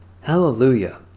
Hallelujah